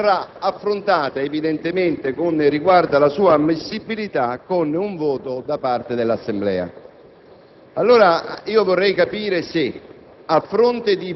materia «voto per parti separate» verrà affrontata con riguardo alla sua ammissibilità con un voto da parte dell'Assemblea.